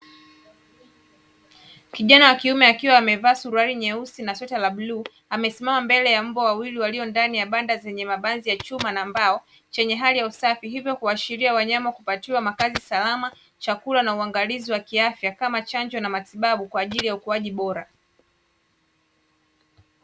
Kijana wa kiume akiwa amevaa suruali nyeusi na sweta la bluu, amesimama mbele ya mbwa wawili walio ndani ya banda zenye mabanzi ya chuma na mbao, chenye hali ya usafi; hivyo kuashiria wanyama kupatiwa makazi salama, chakula na uangalizi wa kiafya kama chanjo na matibabu kwa ajili ya ukuaji bora.